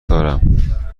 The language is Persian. دارم